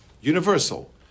universal